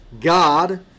God